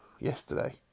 yesterday